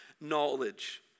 knowledge